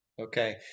okay